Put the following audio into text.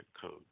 code